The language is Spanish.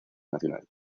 nacional